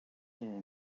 ont